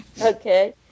Okay